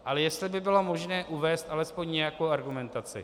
Ale jestli by bylo možné uvést alespoň nějakou argumentaci.